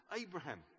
Abraham